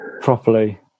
properly